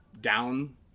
down